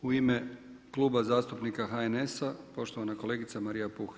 U ime Kluba zastupnika HNS-a poštovana kolegica Marija Puh.